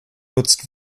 genutzt